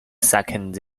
second